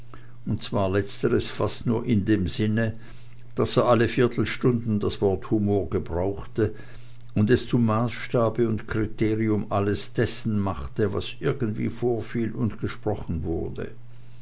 und zwar letzteres fast nur in dem sinne daß er alle viertelstunden das wort humor gebrauchte und es zum maßstabe und kriterium alles dessen machte was irgendwie vorfiel und gesprochen wurde